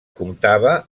comptava